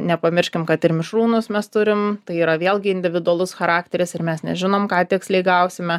nepamirškim kad ir mišrūnus mes turim tai yra vėlgi individualus charakteris ir mes nežinom ką tiksliai gausime